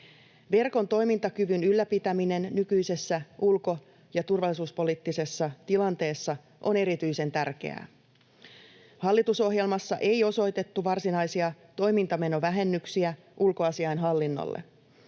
Verkon toimintakyvyn ylläpitäminen nykyisessä ulko- ja turvallisuuspoliittisessa tilanteessa on erityisen tärkeää. Hallitusohjelmassa ei osoitettu varsinaisia toimintamenovähennyksiä ulkoasiainhallinnolle.